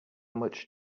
much